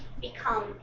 become